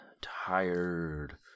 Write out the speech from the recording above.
tired